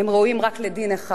הם ראויים רק לדין אחד.